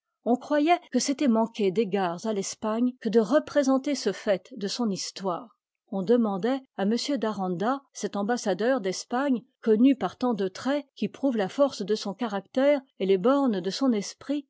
on croyait que c'était manquer d'égards à l'espagne que de représenter ce fait de son histoire on demandait à m d'aranda cet ambassadeur d'espagne connu par tant de traits qui prouvent la force de son caractère et les bornes de son esprit